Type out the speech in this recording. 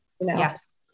Yes